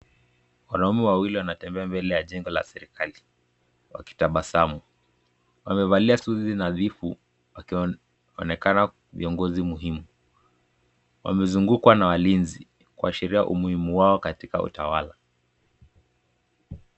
Wanaume wawili wanatembea mbele ya jengo la serekali wakitabasamu. Wamevalia suti nadhifu wakionekana viongozi muhimu, wamezungukwa na walinzi kuashiria umuhimu wao katika utawala.